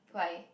why